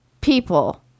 people